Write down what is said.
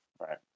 Right